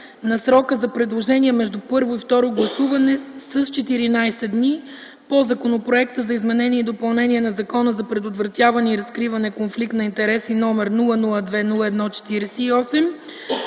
на срока за предложения между първо и второ гласуване по Законопроекта за изменение и допълнение на Закона за предотвратяване и разкриване конфликт на интереси, № 002-01-48,